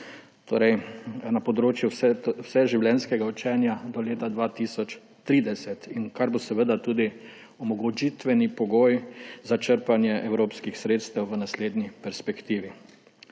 torej na področju vseživljenjskega učenja do leta 2030, kar bo tudi omogočitveni pogoj za črpanje evropskih sredstev v naslednji perspektivi.